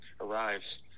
arrives